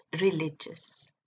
religious